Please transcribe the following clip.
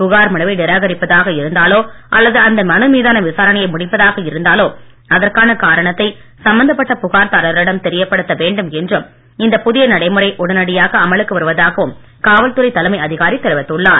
புகார் மனுவை நிராகரிப்பதாக இருந்தாலோ அல்லது அந்த மனுமீதான விசாரணையை முடிப்பதாக இருந்தாலோ அதற்கான காரணத்தை சம்பந்தப்பட்ட புகார் தாரரிடம் தெரியப்படுத்த வேண்டும் என்றும் இந்த புதிய நடைமுறை உடனடியாக அமலுக்கு வருவதாகவும் காவல்துறை தலைமை அதிகாரி தெரிவித்துள்ளார்